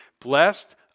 Blessed